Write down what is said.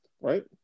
right